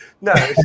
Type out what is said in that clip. No